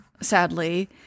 sadly